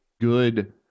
good